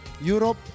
Europe